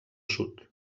sud